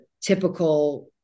typical